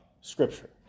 scripture